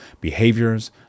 behaviors